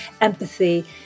empathy